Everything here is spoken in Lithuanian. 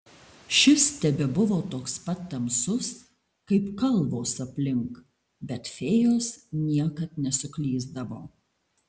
šis tebebuvo toks pat tamsus kaip kalvos aplink bet fėjos niekad nesuklysdavo